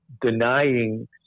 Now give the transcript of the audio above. denying